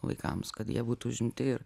vaikams kad jie būtų užimti ir